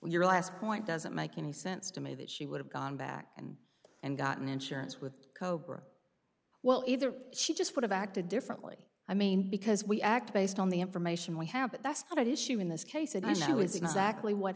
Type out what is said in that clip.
your last point doesn't make any sense to me that she would have gone back and and gotten insurance with cobra well either she just would have acted differently i mean because we act based on the information we have but that's what i did she win this case and i know is exactly what